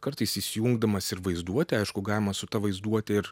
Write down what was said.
kartais įsijungdamas ir vaizduotę aišku galima su ta vaizduote ir